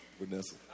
Vanessa